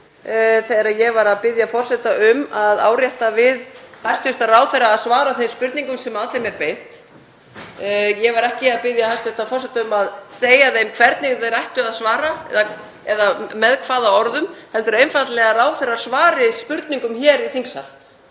þegar ég bað forseta um að árétta við hæstv. ráðherra að svara þeim spurningum sem að þeim er beint. Ég var ekki að biðja hæstv. forseta um að segja þeim hvernig þeir ættu að svara eða með hvaða orðum heldur einfaldlega að ráðherrar svari spurningum hér í þingsal.